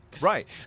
Right